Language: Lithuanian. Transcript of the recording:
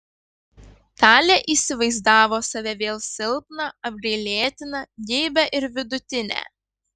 talė įsivaizdavo save vėl silpną apgailėtiną geibią ir vidutinę